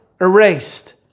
erased